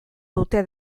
dute